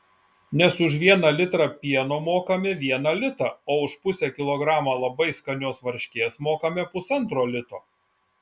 nes už vieną litrą pieno mokame vieną litą o už pusę kilogramo labai skanios varškės mokame pusantro lito